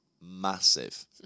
massive